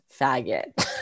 faggot